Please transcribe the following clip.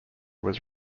was